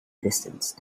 distance